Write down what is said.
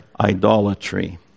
idolatry